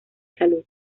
salud